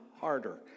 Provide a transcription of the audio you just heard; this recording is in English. harder